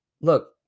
look